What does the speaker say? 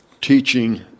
teaching